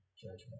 judgment